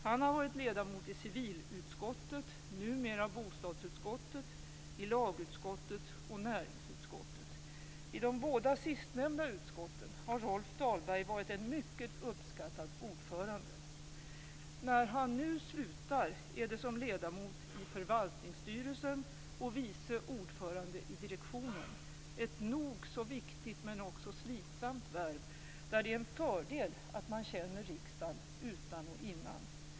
Han har varit ledamot i civilutskottet, numera bostadsutskottet, lagutskottet och näringsutskottet. I de båda sistnämnda utskotten har Rolf Dahlberg varit en mycket uppskattad ordförande. När han nu slutar är det som ledamot i förvaltningsstyrelsen och som vice ordförande i direktionen - ett nog så viktigt men också slitsamt värv, där det är en fördel att man känner riksdagen utan och innan.